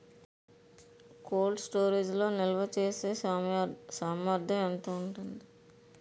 Cold storage లో నిల్వచేసేసామర్థ్యం ఎంత ఉంటుంది?